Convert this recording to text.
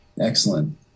excellent